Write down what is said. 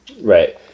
Right